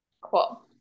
Cool